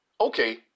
okay